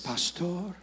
Pastor